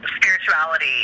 spirituality